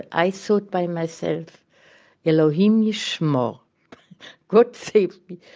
i thought by myself elohim yishmor god save me.